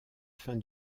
fin